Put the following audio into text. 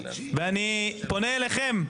אני פונה אליכם,